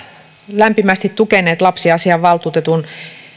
lämpimästi tukeneet lapsiasiainvaltuutetun